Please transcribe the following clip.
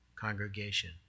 congregation